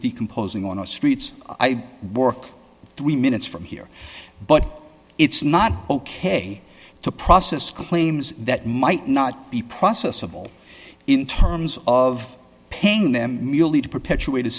decomposing on our streets i work three minutes from here but it's not ok to process claims that might not be process of all in terms of paying them merely to perpetuate a